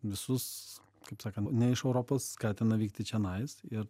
visus kaip sakant ne iš europos skatina vykti čionais ir